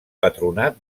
patronat